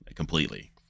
Completely